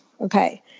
Okay